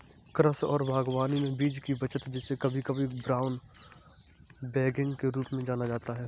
कृषि और बागवानी में बीज की बचत जिसे कभी कभी ब्राउन बैगिंग के रूप में जाना जाता है